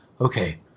Okay